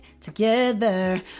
together